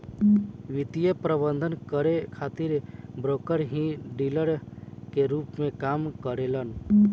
वित्तीय प्रबंधन करे खातिर ब्रोकर ही डीलर के रूप में काम करेलन